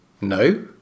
No